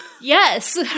Yes